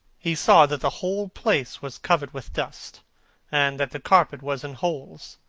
he saw that the whole place was covered with dust and that the carpet was in holes.